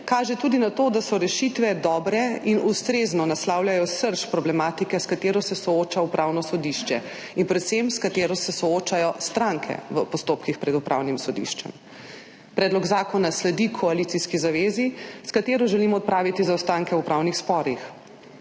kažeta tudi na to, da so rešitve dobre in ustrezno naslavljajo srž problematike, s katero se sooča Upravno sodišče in predvsem s katero se soočajo stranke v postopkih pred Upravnim sodiščem. Predlog zakona sledi koalicijski zavezi, s katero želimo odpraviti zaostanke v upravnih sporih.